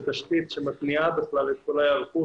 התשתית שמתניעה בכלל את כל ההיערכות,